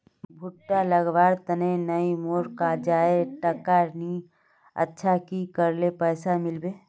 भुट्टा लगवार तने नई मोर काजाए टका नि अच्छा की करले पैसा मिलबे?